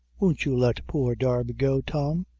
won't you let poor darby go, tom?